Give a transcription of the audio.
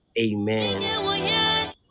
amen